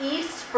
East